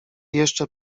jeszcze